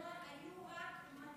בשנה האחרונה הוגשו רק 220